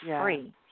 free